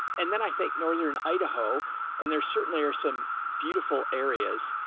and then i think northern idaho and there certainly are some beautiful areas.